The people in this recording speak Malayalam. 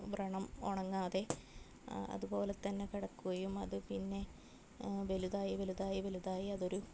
വ്രണം ഉണങ്ങാതെ അതുപോലെതന്നെ കിടക്കുകയും അത് പിന്നെ വലുതായി വലുതായി വലുതായി അതൊരു